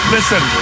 Listen